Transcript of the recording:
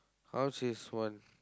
how much is one